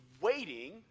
waiting